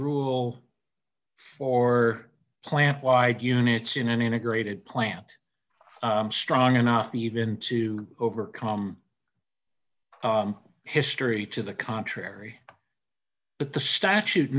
rule four plant wide units in an integrated plant strong enough even to overcome history to the contrary but the statute